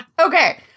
Okay